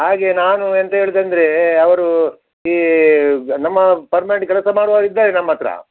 ಹಾಗೆ ನಾನು ಎಂತ ಹೇಳಿದೆ ಅಂದರೆ ಅವರು ಈ ನಮ್ಮ ಪರ್ಮನೆಂಟ್ ಕೆಲಸ ಮಾಡುವರು ಇದ್ದಾರೆ ನಮ್ಮ ಹತ್ರ